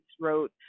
wrote